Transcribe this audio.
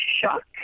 shock